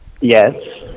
Yes